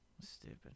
stupid